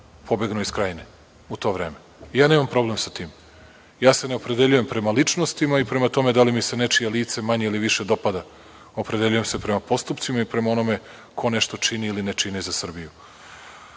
pobegnu iz Krajine u to vreme. Ja nemam problem sa tim. Ja se ne opredeljujem prema ličnostima i prema tome da li mi se nečije lice manje ili više dopada. Opredeljujem se prema postupcima, prema onome ko nešto čini ili ne čini za Srbiju. Ovaj